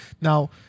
Now